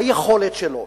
ביכולת שלו,